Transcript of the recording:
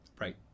Right